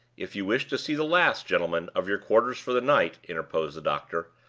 if you wish to see the last, gentlemen, of your quarters for the night, interposed the doctor,